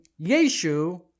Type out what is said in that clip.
Yeshu